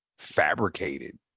fabricated